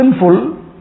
sinful